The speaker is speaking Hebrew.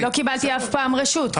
לא קיבלתי אף פעם רשות.